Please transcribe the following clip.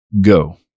go